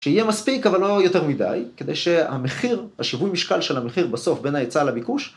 שיהיה מספיק, אבל לא יותר מדי, כדי שהמחיר, השווי משקל של המחיר בסוף בין ההיצע לביקוש.